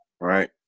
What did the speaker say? right